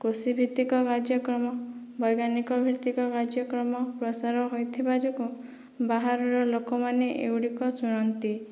କୃଷି ଭିତ୍ତିକ କାର୍ଯ୍ୟକ୍ରମ ବୈଜ୍ଞାନିକ ଭିତ୍ତିକ କାର୍ଯ୍ୟକ୍ରମ ପ୍ରସାର ହୋଇଥିବା ଯୋଗୁଁ ବାହାରର ଲୋକମାନେ ଏଗୁଡ଼ିକ ଶୁଣନ୍ତି